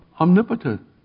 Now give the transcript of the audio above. omnipotent